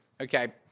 okay